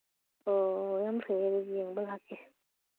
ꯑꯣ ꯌꯥꯝ ꯐꯩꯌꯦ ꯑꯗꯨꯗꯤ ꯌꯦꯡꯕ ꯂꯥꯛꯀꯦ